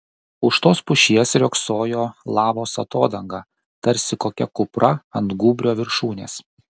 už tos pušies riogsojo lavos atodanga tarsi kokia kupra ant gūbrio viršūnės